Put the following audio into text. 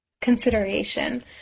consideration